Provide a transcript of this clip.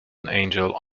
angel